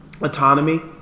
Autonomy